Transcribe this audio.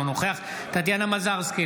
אינו נוכח טטיאנה מזרסקי,